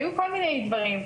היו כל מיני דברים.